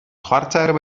chwarter